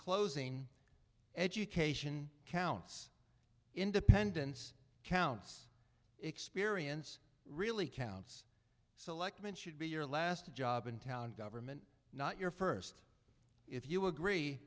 closing education counts independence counts experience really counts selectman should be your last job in town government not your st if you agree